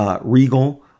Regal